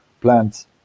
plants